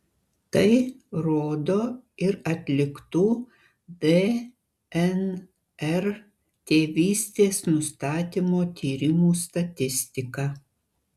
tai rodo ir atliktų dnr tėvystės nustatymo tyrimų statistika